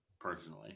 personally